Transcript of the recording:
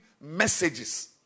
messages